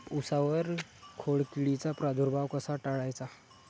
उसावर खोडकिडीचा प्रादुर्भाव कसा टाळायचा?